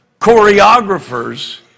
choreographers